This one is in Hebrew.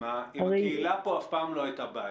עם הקהילה פה אף פעם לא הייתה בעיה.